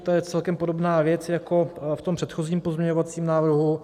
To je celkem podobná věc jako v předchozím pozměňovacím návrhu.